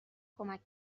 کمک